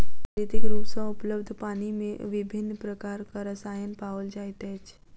प्राकृतिक रूप सॅ उपलब्ध पानि मे विभिन्न प्रकारक रसायन पाओल जाइत अछि